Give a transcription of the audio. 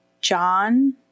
John